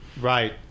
Right